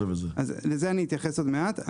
לזה אני אתייחס עוד מעט.